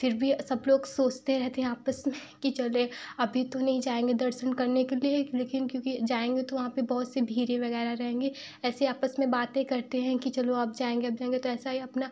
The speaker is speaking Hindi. फिर भी सब लोग सोचते रहते हैं आपस में कि चलें अभी तो नहीं जाएँगे दर्शन करने के लिए लेकिन क्योंकि जाएँगे तो वहाँ पर बहुत सी भीड़ ही लगाए रहेंगे ऐसे आपस में बाते करते हैं कि चलो अब जाएँगे अब जाएंगे तो ऐसा या अपना